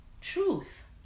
truth